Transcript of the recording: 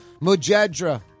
mujedra